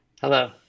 Hello